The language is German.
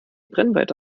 brennweite